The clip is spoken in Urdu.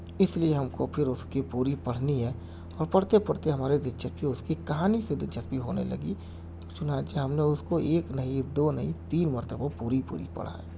اس لیے ہم کو پھر اس کی پوری پڑھنی ہے اور پڑھتے پڑھتے ہماری دلچسپی اس کی کہانی سے دلچسپی ہونے لگی چنانچہ ہم نے اس کو ایک نہیں دو نہیں تین مرتبہ پوری پوری پڑھا ہے